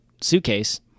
suitcase